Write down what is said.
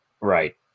Right